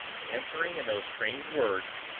answering in those strange words,